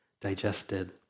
digested